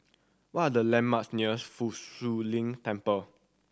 what are the landmarks near Fa Shi Lin Temple